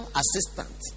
assistant